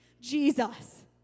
Jesus